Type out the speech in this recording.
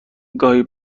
گاهی